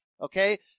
Okay